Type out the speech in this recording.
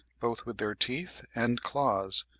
both with their teeth and claws,